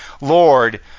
Lord